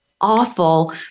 awful